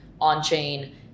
on-chain